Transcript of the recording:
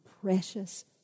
precious